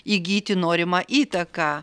įgyti norimą įtaką